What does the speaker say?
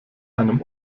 einem